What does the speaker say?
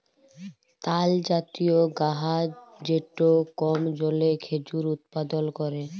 তালজাতীয় গাহাচ যেট কম জলে খেজুর উৎপাদল ক্যরে